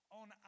on